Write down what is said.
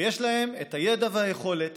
ויש להם את הידע והיכולת